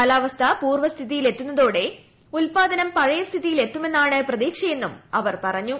കാലാവസ്ഥ പൂർവ്വസ്ഥിതിയിലെത്തുന്ന തോടെ ഉല്പാദനം പഴയ സ്ഥിതിയിലെത്തുമെന്നാണ് പ്രതീക്ഷയെന്നും അവർ പറഞ്ഞു